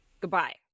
Goodbye